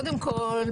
קודם כול,